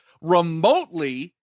remotely